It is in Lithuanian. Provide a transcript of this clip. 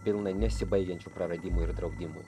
pilną nesibaigiančių praradimų ir draudimų